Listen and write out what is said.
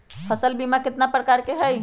फसल बीमा कतना प्रकार के हई?